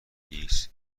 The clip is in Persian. ایکس